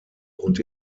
und